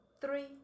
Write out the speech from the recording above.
three